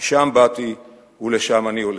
משם באתי ולשם אני הולך.